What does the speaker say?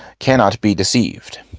cannot be deceived.